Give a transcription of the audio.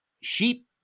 sheep